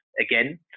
again